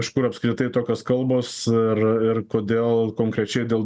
iš kur apskritai tokios kalbos ir kodėl konkrečiai dėl